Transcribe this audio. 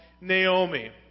Naomi